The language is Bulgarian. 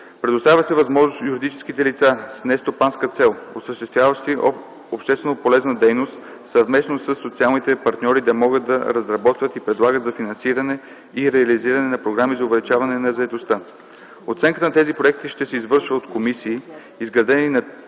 Предоставя се възможност юридически лица с нестопанска цел, осъществяващи общественополезна дейност съвместно със социалните партньори, да могат да разработват и предлагат за финансиране и реализиране на програми за увеличаване на заетостта. Оценката на тези проекти ще се извършва от комисии, изградени на